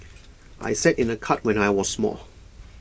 I sat in A cart when I was small